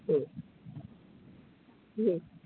হুম হুম